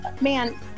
man